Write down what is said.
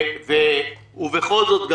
ובכל זאת,